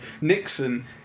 Nixon